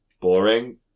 Boring